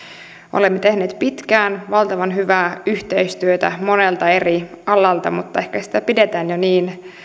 olemme tehneet pitkään valtavan hyvää yhteistyötä monelta eri alalta mutta ehkä sitä pidetään jo niin